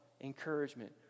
encouragement